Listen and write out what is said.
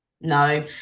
no